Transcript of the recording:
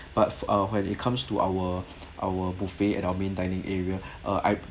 but uh when it comes to our our buffet at our main dining area uh I